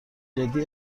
جدی